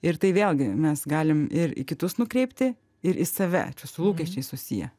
ir tai vėlgi mes galim ir į kitus nukreipti ir į save čia su lūkesčiais susiję